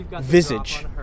visage